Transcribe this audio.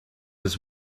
was